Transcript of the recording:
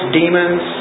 demons